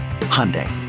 Hyundai